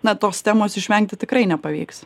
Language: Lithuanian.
na tos temos išvengti tikrai nepavyks